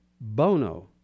bono